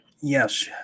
Yes